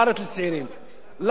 למה הממשלה צריכה להתנגד לחוק הזה?